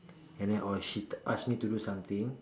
and then or she ask me to do something